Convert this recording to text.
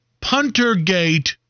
puntergate